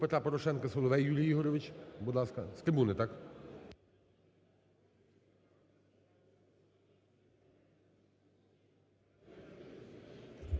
Дякую,